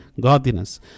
godliness